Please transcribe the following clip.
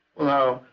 well now,